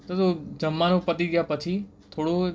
તો તો જમવાનું પતી ગયા પછી થોડું